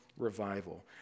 Revival